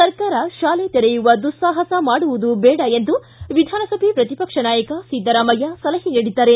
ಸರ್ಕಾರ ಶಾಲೆ ತೆರೆಯುವ ದುಸ್ಲಾಪಸ ಮಾಡುವುದು ಬೇಡ ಎಂದು ವಿಧಾನಸಭೆ ಪ್ರತಿಪಕ್ಷ ನಾಯಕ ಸಿದ್ದರಾಮಯ್ಯ ಸಲಹೆ ನೀಡಿದ್ದಾರೆ